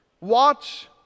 Watch